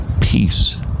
Peace